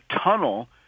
tunnel